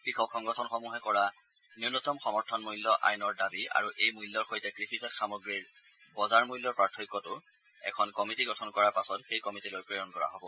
কৃষক সংগঠনসমূহে কৰা ন্যনতম সমৰ্থনমূল্য আইনৰ দাবী আৰু এই মূল্যৰ সৈতে কৃষিজাত সামগ্ৰীৰ বজাৰ মূল্যৰ পাৰ্থক্যৰ বিষয়টো এখন কমিটি গঠন কৰাৰ পাছত সেই কমিটিলৈ প্ৰেৰণ কৰা হ'ব